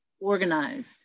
organized